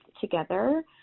together